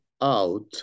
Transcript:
out